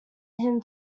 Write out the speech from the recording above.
him